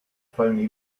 phoney